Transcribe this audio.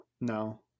No